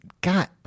God